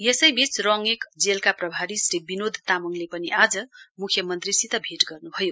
यसैवीच रोङगेक जेलका प्रभारी श्री विनोद तामङले पनि आज मुख्यमन्त्रीसित भेट गर्नुभयो